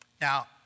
Now